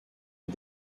est